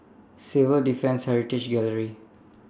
Civil Defence Heritage Gallery